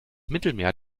mittelmeer